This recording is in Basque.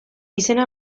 izena